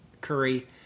curry—